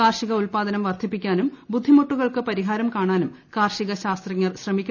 കാർഷിക ഉല്പാദനം വർദ്ധിപ്പിക്കാനും ബുദ്ധിമുട്ടുകൾക്ക് പരിഹാരം കാണാനും കാർഷിക ശാസ്ത്രജ്ഞർ ശ്രമിക്കണമെന്ന് ശ്രീ